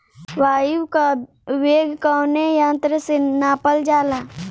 वायु क वेग कवने यंत्र से नापल जाला?